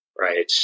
right